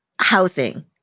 housing